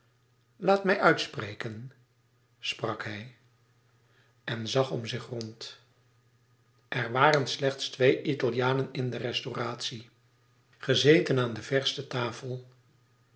laat mij uitspreken sprak hij en zag om zich rond er waren slechts twee italianen in de restauratie gezeten aan de verste tafel